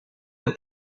the